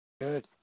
Good